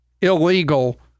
illegal